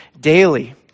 daily